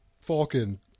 Falcon